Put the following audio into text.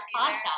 podcast